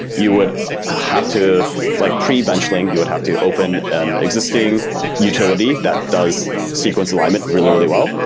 you would have to like pre-benchling, you would have to open an existing utility that does sequence alignment really, really well.